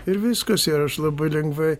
ir viskas ir aš labai lengvai